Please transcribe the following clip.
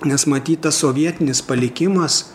nes matyt tas sovietinis palikimas